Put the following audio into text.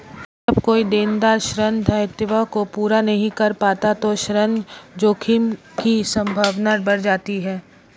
जब कोई देनदार ऋण दायित्वों को पूरा नहीं कर पाता तो ऋण जोखिम की संभावना बढ़ जाती है